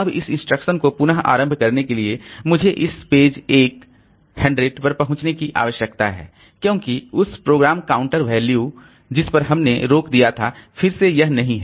अब फिर से इंस्ट्रक्शन को पुनः आरंभ करने के लिए मुझे इस पेज 1 100 पर पहुंचने की आवश्यकता है क्योंकि यह प्रोग्राम काउंटर वैल्यू था जिस पर हमने रोक दिया था लेकिन फिर से यह नहीं है